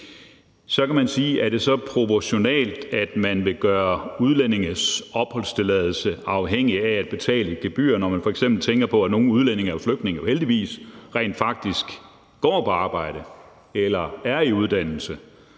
Så kan man sige: Er det så proportionalt, at man vil gøre udlændinges opholdstilladelse afhængig af at betale et gebyr, når man f.eks. tænker på, at nogle udlændinge er flygtninge, som rent faktisk, heldigvis, går på arbejde eller er i uddannelse,